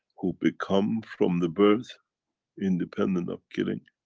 who become from the birth independent of killing,